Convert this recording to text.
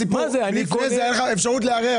לפני כן הייתה לך אפשרות לערער.